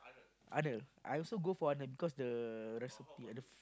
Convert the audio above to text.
Arnold I also go for Arnold because the recipe ah the f~